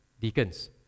deacons